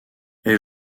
elle